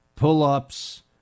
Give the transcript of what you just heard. pull-ups